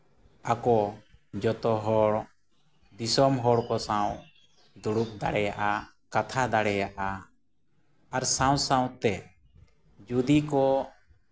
ᱟᱠᱚ ᱡᱚᱛᱚ ᱦᱚᱲ ᱫᱤᱥᱚᱢ ᱦᱚᱲ ᱠᱚ ᱥᱟᱶ ᱫᱩᱲᱩᱵᱽ ᱫᱟᱲᱮᱭᱟᱜᱼᱟ ᱠᱟᱛᱷᱟ ᱫᱟᱲᱮᱭᱟᱜᱼᱟ ᱟᱨ ᱥᱟᱶᱼᱥᱟᱶᱛᱮ ᱡᱩᱫᱤ ᱠᱚ